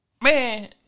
man